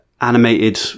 animated